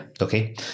Okay